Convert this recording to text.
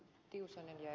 tiusanen ja ed